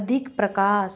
अधिक प्रकाश